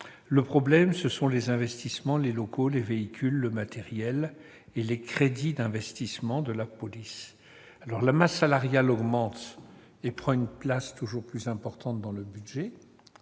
le problème ce sont les investissements, les locaux, les véhicules le matériel et les crédits d'investissement de la police. La masse salariale augmente et prend une place toujours plus importante dans le budget.